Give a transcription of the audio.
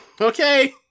okay